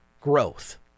growth